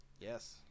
Yes